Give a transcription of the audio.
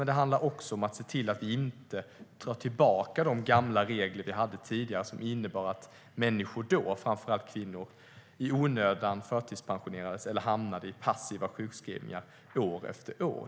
Men det handlar också om att se till att vi inte tar tillbaka de gamla regler som vi hade tidigare som innebar att människor då, framför allt kvinnor, förtidspensionerades i onödan eller hamnade i passiva sjukskrivningar år efter år.